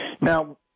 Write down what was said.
Now